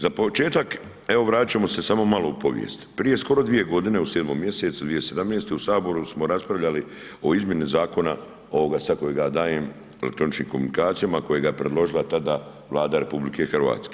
Za početak, evo vratiti ćemo se samo malo u povijest, prije skoro 2 godine u 7.mj 2017. u Saboru smo raspravljali o izmjeni zakona ovoga sad kojega dajem, elektroničkim komunikacijama kojega je predložila tada Vlada RH.